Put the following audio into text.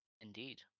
indeed